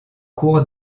cours